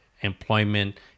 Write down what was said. employment